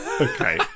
Okay